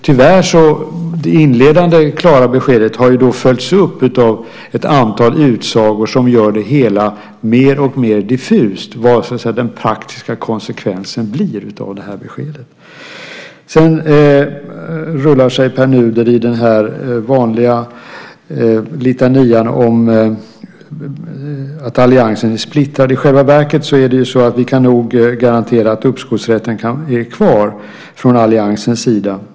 Tyvärr har det inledande klara beskedet följts upp av ett antal utsagor som gör det hela mer och mer diffust, vad den praktiska konsekvensen av det här beskedet blir. Sedan rullar sig Pär Nuder i den vanliga litanian om att alliansen är splittrad. I själva verket kan vi från alliansens sida nog garantera att uppskovsrätten blir kvar.